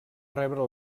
rebre